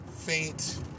faint